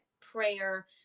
prayer